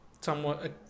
somewhat